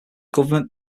government